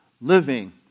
living